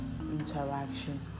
interaction